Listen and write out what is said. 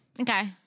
Okay